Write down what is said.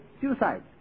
suicide